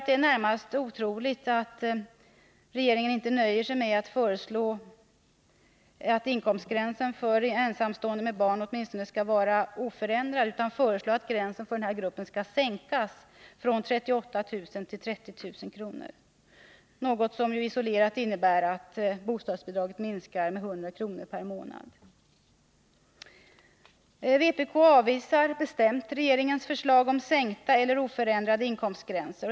Det är närmast otroligt att regeringen inte nöjer sig med att föreslå att inkomstgränsen för ensamstående med barn åtminstone skall vara oförändrad, utan föreslår att gränsen för denna grupp skall sänkas från 38 000 kr. till 30 000 kr., något som isolerat innebär att bostadsbidraget minskar med 100 kr. per månad. Vpk avvisar bestämt regeringens förslag om sänkta eller oförändrade inkomstgränser.